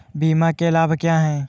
बीमा के लाभ क्या हैं?